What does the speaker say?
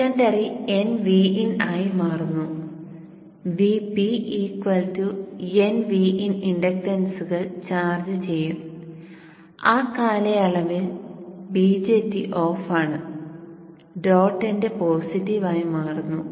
secondary nVin ആയി മാറുന്നു Vp nVin ഇൻഡക്ടൻസുകൾ ചാർജ് ചെയ്യും ആ കാലയളവിൽ BJT ഓഫാണ് ഡോട്ട് എൻഡ് പോസിറ്റീവ് ആയി മാറുന്നു